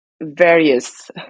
various